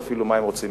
בסדר, אני אדריך אותך.